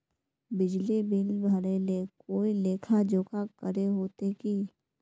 बिजली बिल भरे ले कोई लेखा जोखा करे होते की?